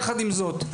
יחד עם זאת,